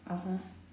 (uh huh)